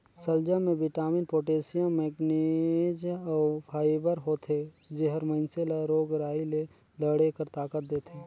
सलजम में vitamin, potassium, manganese अउ फाइबर होथे जेहर मइनसे ल रोग राई ले लड़े कर ताकत देथे